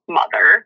mother